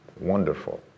wonderful